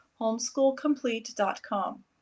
homeschoolcomplete.com